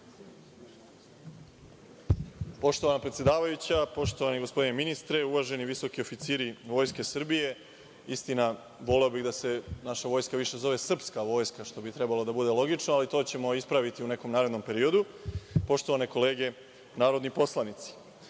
Poštovana predsedavajuća, poštovani ministre, uvaženi visoki oficiri Vojske Srbije, istina, voleo bih da se naša Vojska više zove srpska vojska, što bi trebalo da bude logično, ali to ćemo ispraviti u nekom narednom periodu, poštovane kolege narodni poslanici,